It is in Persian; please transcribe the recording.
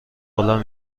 بلند